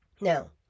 Now